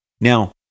Now